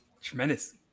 Tremendous